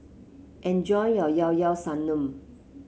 enjoy your Llao Llao Sanum